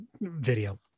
video